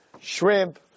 shrimp